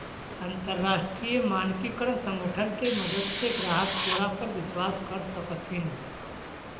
अंतरराष्ट्रीय मानकीकरण संगठन के मदद से ग्राहक तोरा पर विश्वास कर सकतथीन